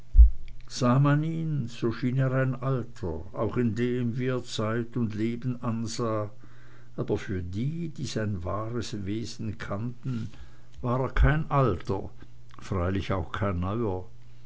er ein alter auch in dem wie er zeit und leben ansah aber für die die sein wahres wesen kannten war er kein alter freilich auch